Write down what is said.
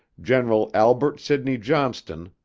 general albert sidney johnston,